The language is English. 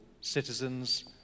citizens